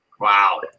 wow